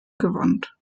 gewandt